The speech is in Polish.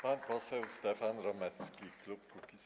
Pan poseł Stefan Romecki, klub Kukiz’15.